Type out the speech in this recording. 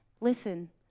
listen